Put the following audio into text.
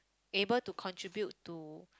able to contribute to